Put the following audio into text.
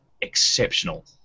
exceptional